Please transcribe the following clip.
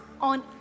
on